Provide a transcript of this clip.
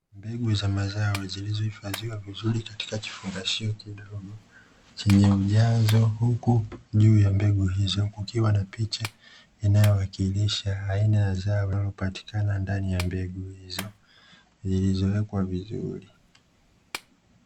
Mbegu za mazao zilizo ifadhiwa vizuri katika kifungashio kidogo chenye ujazo, huku juu ya mbegu hizo kukiwa na picha inayo wakilisha aina ya zao linalo patikana ndani ya mbegu hizo zilizo wekwa vizuri.